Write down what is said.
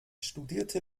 studierte